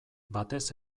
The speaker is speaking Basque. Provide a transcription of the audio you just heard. batez